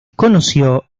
conoció